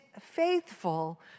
faithful